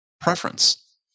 preference